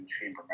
chamber